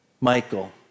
Michael